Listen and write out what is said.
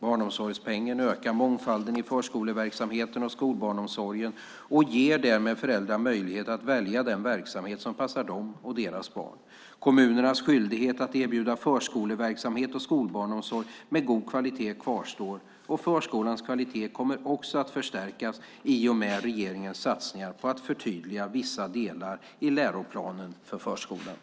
Barnomsorgspengen ökar mångfalden i förskoleverksamheten och skolbarnsomsorgen, och ger därmed föräldrar möjlighet att välja den verksamhet som passar dem och deras barn. Kommunernas skyldighet att erbjuda förskoleverksamhet och skolbarnsomsorg med god kvalitet kvarstår, och förskolans kvalitet kommer också att förstärkas i och med regeringens satsningar på att förtydliga vissa delar i läroplanen för förskolan.